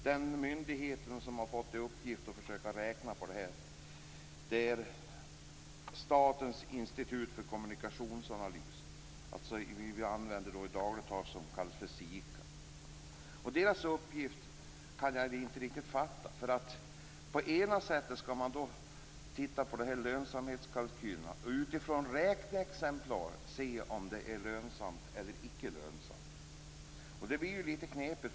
Den myndighet som har fått i uppgift att räkna på lönsamheten är Statens institut för kommunikationsanalys, som i dagligt tal kallas för SIKA. Deras uppgift kan jag inte riktigt fatta. På ett sätt skall man titta på de här lönsamhetskalkylerna och utifrån räkneexempel se om det är lönsamt eller inte. Det blir litet knepigt.